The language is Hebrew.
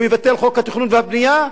הוא יבטל את חוק התכנון והבנייה,